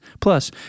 Plus